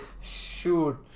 Shoot